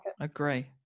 agree